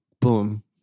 boom